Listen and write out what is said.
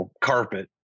carpet